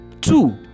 two